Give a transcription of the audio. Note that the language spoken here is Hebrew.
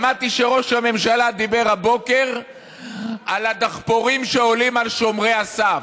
שמעתי שראש הממשלה דיבר הבוקר על הדחפורים שעולים על שומרי הסף.